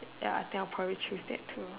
ya I think I'll probably choose that too